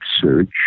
search